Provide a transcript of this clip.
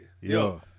Yo